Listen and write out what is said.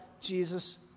Jesus